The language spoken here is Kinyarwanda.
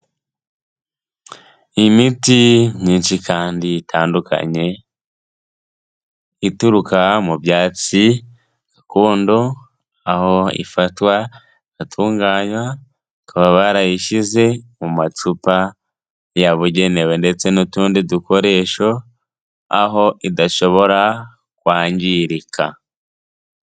Imiti myinshi kandi itandukanye ituruka mu byatsi gakondo, aho ifatwa igatunganywa, bakaba barayishyize mu macupa yabugenewe ndetse n'utundi dukoresho, aho idashobora kwangirika.